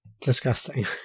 disgusting